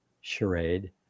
charade